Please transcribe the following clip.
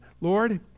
Lord